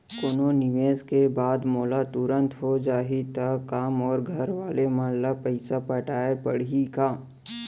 कोनो निवेश के बाद मोला तुरंत हो जाही ता का मोर घरवाले मन ला पइसा पटाय पड़ही का?